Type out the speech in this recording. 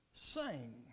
sing